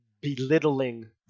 belittling